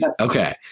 Okay